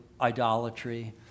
idolatry